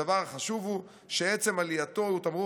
הדבר החשוב הוא שעצם עלייתו הוא תמרור